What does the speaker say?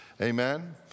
Amen